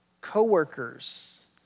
Coworkers